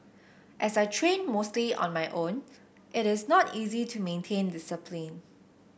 as I train mostly on my own it is not easy to maintain discipline